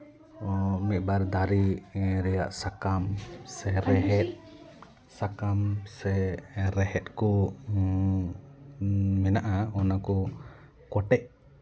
ᱢᱤᱫᱵᱟᱨ ᱫᱟᱨᱮ ᱨᱮᱭᱟᱜ ᱥᱟᱠᱟᱢ ᱥᱮ ᱨᱮᱦᱮᱫ ᱥᱟᱠᱟᱢ ᱥᱮ ᱨᱮᱦᱮᱫ ᱠᱚ ᱢᱮᱱᱟᱜᱼᱟ ᱚᱱᱟ ᱠᱚ ᱠᱚᱴᱮᱡ